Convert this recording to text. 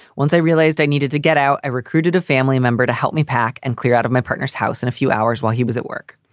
once i realized i needed to get out, i recruited a family member to help me pack and clear out of my partner's house in a few hours while he was at work.